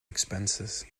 expenses